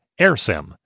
AirSim